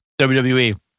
WWE